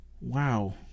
wow